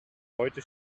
heute